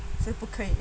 so 不可以